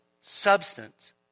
substance